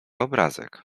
obrazek